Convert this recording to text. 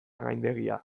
gaindegia